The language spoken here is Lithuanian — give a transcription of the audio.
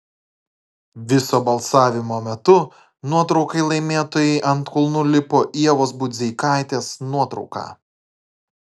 viso balsavimo metu nuotraukai laimėtojai ant kulnų lipo ievos budzeikaitės nuotrauka